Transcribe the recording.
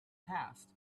passed